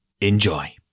enjoy